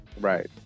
right